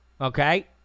Okay